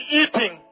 eating